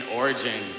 origin